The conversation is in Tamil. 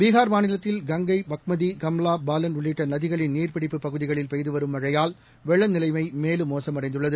பீகார் மாநிலத்தில் கங்கை பக்மதி கம்லா பாலன் உள்ளிட்டநதிகளின் நீர்ப்பிடிப்பு பகுதிகளில் பெய்துவரும் மழையால் வெள்ளநிலைமைமேலும் மோசமடைந்துள்ளது